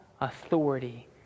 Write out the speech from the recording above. authority